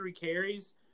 carries